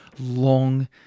long